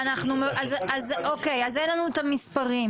אין לנו את המספרים.